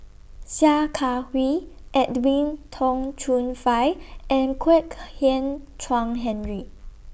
Sia Kah Hui Edwin Tong Chun Fai and Kwek Hian Chuan Henry